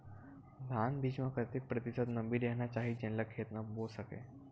धान बीज म कतेक प्रतिशत नमी रहना चाही जेन ला खेत म बो सके?